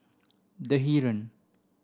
The Heeren